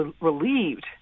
relieved